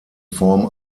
form